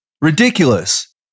Ridiculous